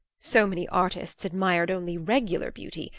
so many artists admired only regular beauty,